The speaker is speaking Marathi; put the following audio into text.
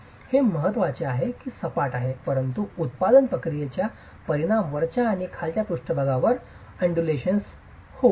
हे महत्वाचे आहे की हे सपाट आहे परंतु उत्पादन प्रक्रियेचा परिणाम वरच्या आणि खालच्या पृष्ठभागावर अंडरक्शन अंडूलेशन होऊ शकेल